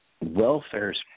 Welfare's